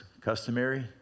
customary